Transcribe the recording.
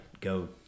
Go